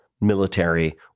military